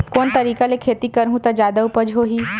कोन तरीका ले खेती करहु त जादा उपज होही?